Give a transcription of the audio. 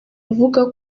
avuga